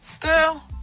Girl